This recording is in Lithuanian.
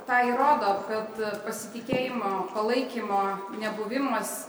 tą įrodo kad pasitikėjimo palaikymo nebuvimas